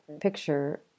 picture